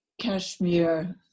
Kashmir